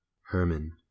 Herman